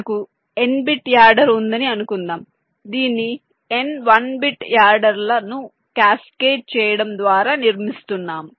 మనకు n bit adder ఉందని అనుకుందాం దీనిని n 1 బిట్ యాడర్లను క్యాస్కేడ్ చేయడం ద్వారా నిర్మిస్తున్నాము